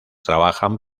trabajan